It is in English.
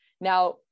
Now